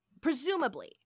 Presumably